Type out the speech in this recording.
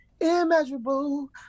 immeasurable